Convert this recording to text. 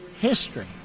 history